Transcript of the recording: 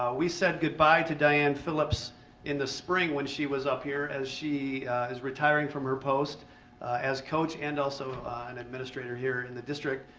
ah we said goodbye goodbye to diann phillips in the spring when she was up here as she is retiring from her post as coach and also an administrator here in the district.